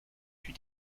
fut